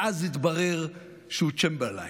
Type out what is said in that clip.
ואז התברר שהוא צ'מברליין.